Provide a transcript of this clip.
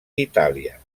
itàlia